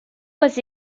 was